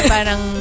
Parang